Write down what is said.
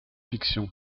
fiction